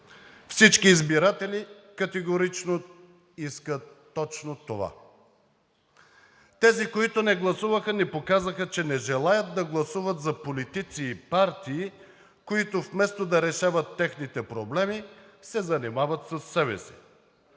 Всички избиратели категорично искат точно това. Тези, които не гласуваха, ни показаха, че не желаят да гласуват за политици и партии, които, вместо да решават техните проблеми, се занимават със себе си.